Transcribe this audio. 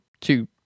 two